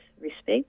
respect